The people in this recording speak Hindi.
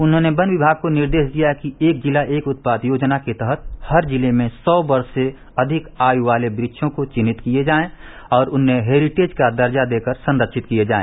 उन्होंने वन विभाग को निर्देश दिया कि एक जिला एक उत्पाद योजना के तहत हर जिले में सौ वर्ष से अधिक आयु वाले वक्षों को चिन्हित किया जाए और उन्हें हेरिटेज का दर्जा देकर संरक्षित किया जाए